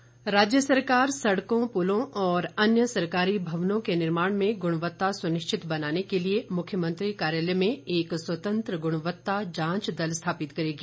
जांच दल राज्य सरकार सड़कों पुलों और अन्य सरकारी भवनों के निर्माण में गुणवत्ता सुनिश्चित बनाने के लिए मुख्यमंत्री कार्यालय में एक स्वतंत्र गुणवत्ता जांच दल स्थापित करेगी